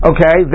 Okay